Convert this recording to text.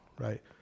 right